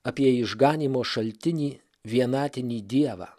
apie išganymo šaltinį vienatinį dievą